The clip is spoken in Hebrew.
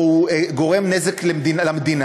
או שהוא גורם נזק למדינה,